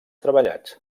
treballats